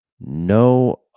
No